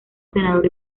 senador